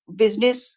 business